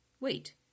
Wait